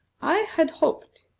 i had hoped,